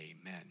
amen